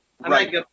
Right